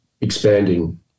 expanding